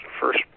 first